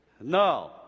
No